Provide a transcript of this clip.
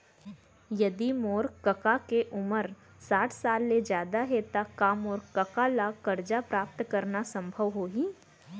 यदि मोर कका के उमर साठ साल ले जादा हे त का मोर कका ला कर्जा प्राप्त करना संभव होही